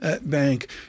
bank